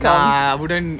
no I wouldn't